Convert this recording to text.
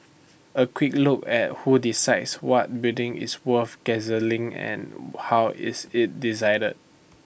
A quick look at who decides what building is worth gazetting and how IT is decided